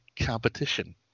competition